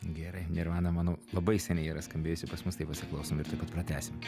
gerai nirvana manau labai seniai yra skambėjusi pas mus tai pasiklausom ir tuoj pat pratęsim